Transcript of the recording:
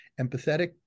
empathetic